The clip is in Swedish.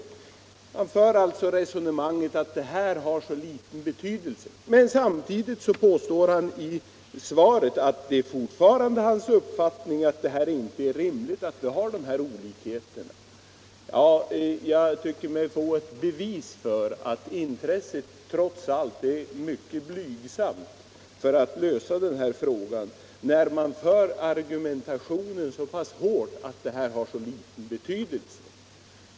Herr Feldt för sålunda resonemanget att utjämningen har mycket liten betydelse, men i svaret säger han att det fortfarande är hans uppfattning att det inte är rimligt att ha dessa olikheter. Jag tycker mig ha fått ett bevis för att intresset för att lösa detta problem trots allt ät mycket blygsamt, eftersom statsrådet för argumentationen så hårt att han säger att utjämningen skulle ha så liten betydelse.